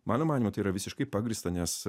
mano manymu tai yra visiškai pagrįsta nes